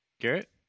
Garrett